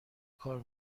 کار